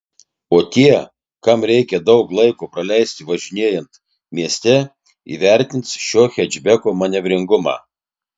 o tie kam reikia daug laiko praleisti važinėjant mieste įvertins šio hečbeko manevringumą